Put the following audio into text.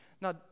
Now